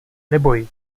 neboj